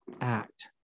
act